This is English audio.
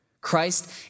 Christ